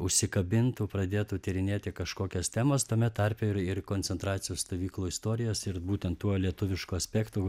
užsikabintų pradėtų tyrinėti kažkokias temas tame tarpe ir ir koncentracijos stovyklų istorijas ir būtent tuo lietuvišku aspektu